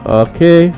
okay